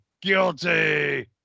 Guilty